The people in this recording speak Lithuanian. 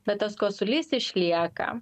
bet tas kosulys išlieka